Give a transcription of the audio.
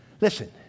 listen